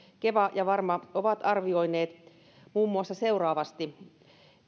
keva ja varma ovat arvioineet muun muassa seuraavasti